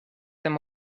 them